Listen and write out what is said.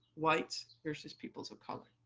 white versus peoples of color.